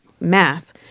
mass